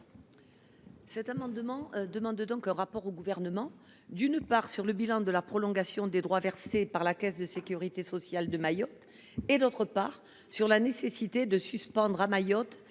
Gouvernement de remettre un rapport au Parlement, d’une part, sur le bilan de la prolongation des droits versés par la caisse de sécurité sociale de Mayotte, d’autre part, sur la nécessité de suspendre à Mayotte